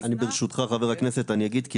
ברשותך חבר הכנסת אני אגיד כי